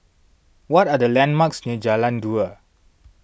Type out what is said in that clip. what are the landmarks near Jalan Dua